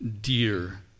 dear